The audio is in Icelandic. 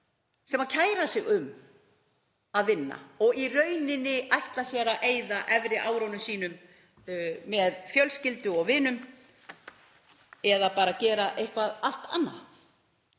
sem kæra sig um að vinna, ætla í rauninni að eyða efri árunum sínum með fjölskyldu og vinum eða bara að gera eitthvað allt annað.